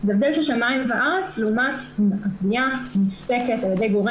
זה הבדל של שמיים וארץ לעומת אם הפגיעה נפסקת על ידי גורם